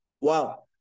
Wow